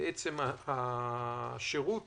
השירות